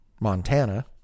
Montana